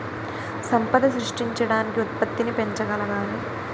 సంపద సృష్టించడానికి ఉత్పత్తిని పెంచగలగాలి